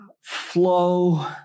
flow